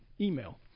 email